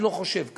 אני לא חושב כך,